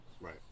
Right